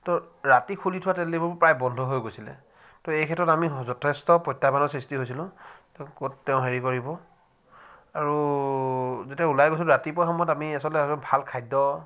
তো ৰাতি খুলি থোৱা তেল ডিপু প্ৰায় বন্ধ হৈ গৈছিলে তো এইক্ষেত্ৰত আমি যথেষ্ট প্ৰত্যাহ্বানৰ সৃষ্টি হৈছিলোঁ ক'ত তেওঁ হেৰি কৰিব আৰু যেতিয়া ওলাই গৈছিলোঁ ৰাতিপুৱা সময়ত আমি আচলতে ভাল খাদ্য